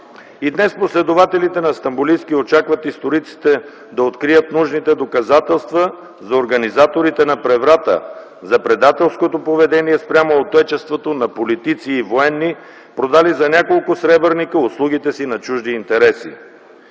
И днес последователите на Стамболийски очакват историците да открият нужните доказателства за организаторите на преврата, за предателското поведение спрямо отечеството на политици и военни, продали за няколко сребърника услугите си на чужди интереси.